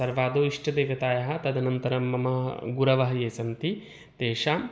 सर्वादौ इष्टदेवतायाः तदनन्तरं मम गुरवः ये सन्ति तेषां